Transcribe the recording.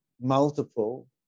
multiple